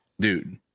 dude